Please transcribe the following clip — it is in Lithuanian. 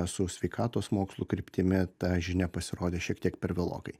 su sveikatos mokslų kryptimi ta žinia pasirodė šiek tiek per vėlokai